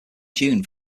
june